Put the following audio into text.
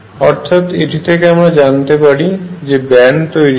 অর্থাৎ এটি থেকে আমরা জানতে পারি যে ব্যান্ড তৈরি হয়